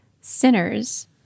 Sinners